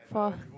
for